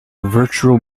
virtual